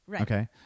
okay